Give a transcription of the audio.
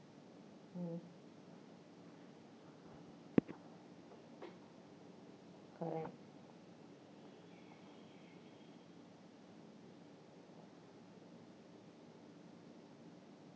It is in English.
mm correct